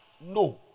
No